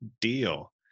deal